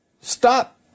Stop